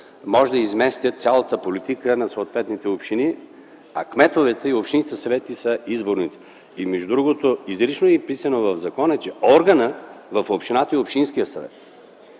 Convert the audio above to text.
може да изместят цялата политика на съответните общини, а кметовете и общинските съвети са изборните органи. И между другото, изрично е записано в закона, че органът в общината е общинският съвет,